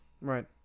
Right